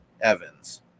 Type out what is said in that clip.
Evans